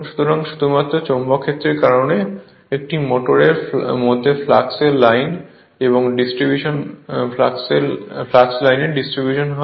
সুতরাং শুধুমাত্র চৌম্বক ক্ষেত্রের কারণে একটি মোটরের মধ্যে ফ্লাক্সের লাইনের এর ডিস্ট্রিবিউশন হয়